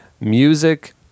music